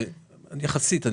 פחות יחסית.